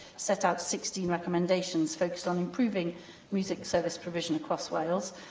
set out sixteen recommendations focused on improving music service provision across wales.